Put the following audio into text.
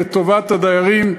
לטובת הדיירים,